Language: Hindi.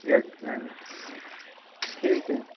यस मैम ठीक है